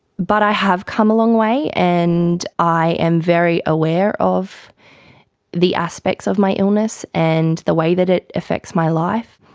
but i have come a long way and i am very aware of the aspects of my illness, and the way that it affects my life.